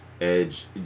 Edge